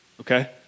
Okay